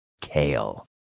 kale